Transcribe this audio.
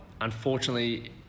Unfortunately